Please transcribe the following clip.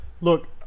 Look